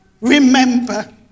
Remember